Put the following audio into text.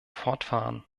fortfahren